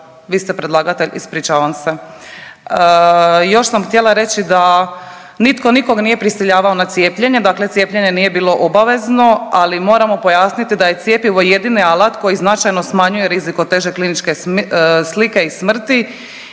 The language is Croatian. vi ste predlagatelj, ispričavam se. Još sam htjela reći da nitko nikog nije prisiljavao na cijepljenje, dakle cijepljenje nije bilo obavezno, ali moramo pojasniti da je cjepivo jedini alat koji značajno smanjuje rizik od teže kliničke slike i smrti.